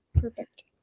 Perfect